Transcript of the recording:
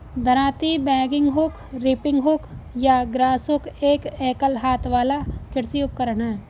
दरांती, bagging hook, reaping hook या grass hook एक एकल हाथ वाला कृषि उपकरण है